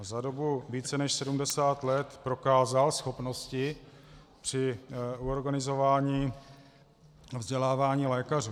Za dobu více než 70 let prokázal schopnosti při organizování vzdělávání lékařů.